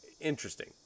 interesting